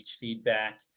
feedback